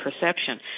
perception